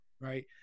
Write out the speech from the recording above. right